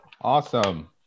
Awesome